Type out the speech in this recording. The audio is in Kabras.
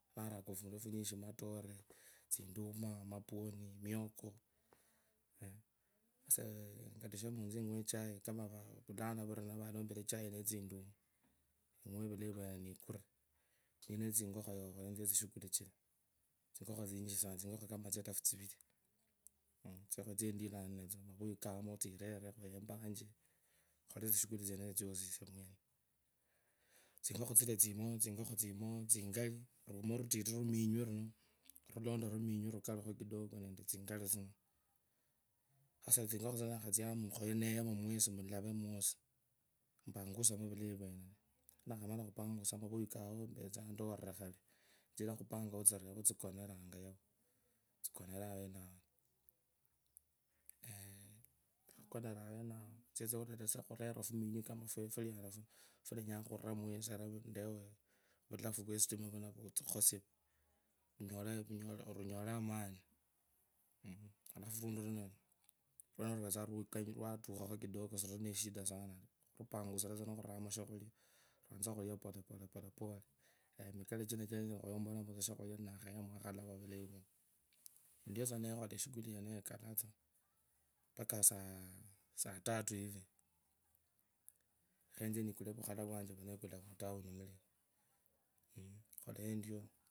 Vuraka fundu funyinji mature tsituma mapwoni mioko esie ekalushe mutsu eng'we echai kama valanu vunu valumpire echainetsi ndumu eng'ewe echai kama rwene nikure nine tsingokho yao khanye etsie tsishu kulichire tsingokho kama etsi estie tsiviri mavugu kama tsirerire khaye empache tsingukho tsino tsimo tsimu tsingari rumuu ruminywi rutiti runu vulunda ruminywi tsingali kidogo nende tsingali tsino sasatsingokha tsino nitsiakhatsiamo kaye neye esingemo mulave mwosi empanguzemo vulayi rwenen ninakhamala khupanguza mavugu kawo empatsanga niturire khale tsire khupanga watsikuneranga ijau eeeh ninakhakunera awenao ndutsa khurela fuminywi kama fuliano funu fuli mwisere endeo vulafu rwesitima vunyole amani kidogo alafu rundi runo rwatukhakho kidogo siruri neshida taa khupanguza tsa nende khuramo shakhulia lwanze khulia polepole polepole aya mikali chino nukhuyompotamu tsaa shakhulia ninakheyamu ninitsa khukhola shughuli yanje mpaka sasa saatatu hivi khetse nikule vulkhala vwanje rwa nekula mutown mulia